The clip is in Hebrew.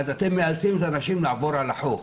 אתם מאלצים את האנשים לעבור על החוק.